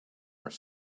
are